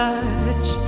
touch